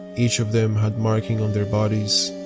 each of them had markings on their bodies,